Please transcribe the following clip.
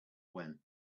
when